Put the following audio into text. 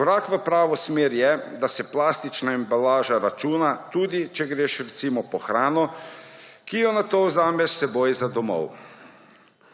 Korak v pravo smer je, da se plastična embalaža računa tudi, če greš, recimo, po hrano, ki jo nato vzameš s seboj za domov.